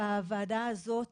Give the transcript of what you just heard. בוועדה הזאת,